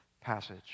passage